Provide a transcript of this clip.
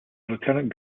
lieutenant